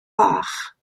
bach